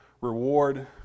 reward